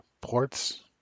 ports